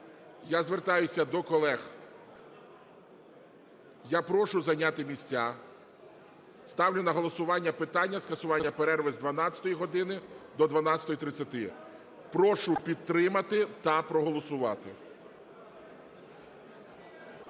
Я звертаюся до колег, я прошу зайняти місця. Ставлю на голосування питання скасування перерви з 12 години до 12:30. Прошу підтримати та проголосувати.